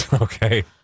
Okay